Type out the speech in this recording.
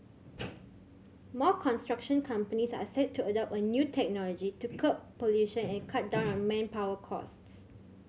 more construction companies are set to adopt a new technology to curb pollution and cut down on manpower costs